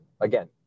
again